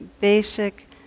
basic